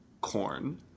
corn